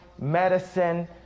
medicine